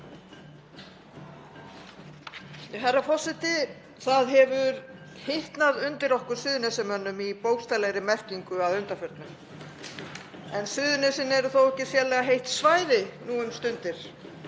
Herra forseti. Það hefur hitnað undir okkur Suðurnesjamönnum í bókstaflegri merkingu að undanförnu en Suðurnesin eru þó ekki sérlega heitt svæði nú um stundir.